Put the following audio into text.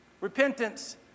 repentance